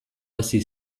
hasi